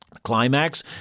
Climax